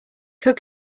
could